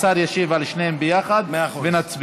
השר ישיב על שתיהם יחד ונצביע.